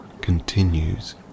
continues